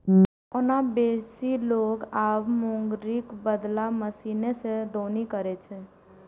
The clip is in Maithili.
ओना बेसी लोक आब मूंगरीक बदला मशीने सं दौनी करै छै